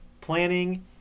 planning